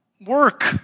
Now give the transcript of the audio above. work